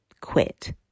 quit